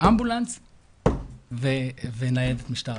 היה אמבולנס וניידת משטרה.